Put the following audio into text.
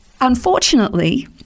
unfortunately